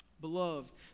Beloved